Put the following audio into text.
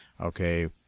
Okay